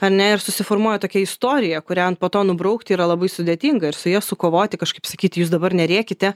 ar ne ir susiformuoja tokia istorija kurią po to nubraukti yra labai sudėtinga ir su ja sukovoti kažkaip sakyti jūs dabar nerėkite